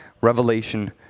Revelation